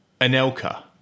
Anelka